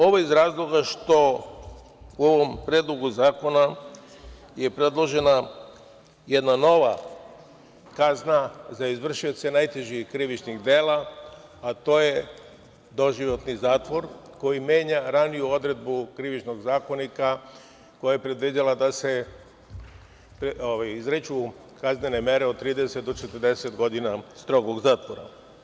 Ovo je iz razloga što u ovom Predlogu zakona predložena jedna nova kazna za izvršioce najtežih krivičnih dela, a to je doživotni zatvor koji menja raniju odredbu Krivičnog zakonika koja je predviđala da se izriču kaznene mere od 30 do 40 godina strogog zatvora.